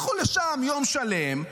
לכו לשם יום שלם,